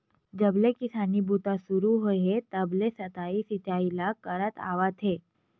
जब ले किसानी बूता सुरू होए हे तब ले सतही सिचई ल करत आवत हे